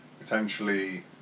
Potentially